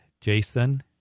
Jason